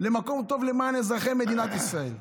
למען אזרחי מדינת ישראל,